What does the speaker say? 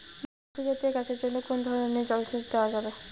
বৃক্ষ জাতীয় গাছের জন্য কোন ধরণের জল সেচ দেওয়া যাবে?